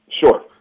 Sure